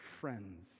friends